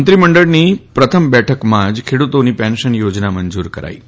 મંત્રીમંડલની પ્રથમ બેઠકમાં ખેડૂતોની પેન્શન યો નાને મંજુર કરાઇ છે